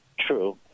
true